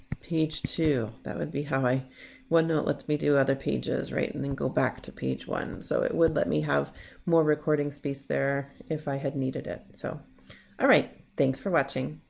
page two that would be how i onenote lets me do other pages right and then go back to page one, so it would let me have more recording space there if i had needed it. so alright thanks for watching.